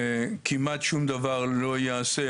כמעט שום דבר לא ייעשה.